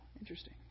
interesting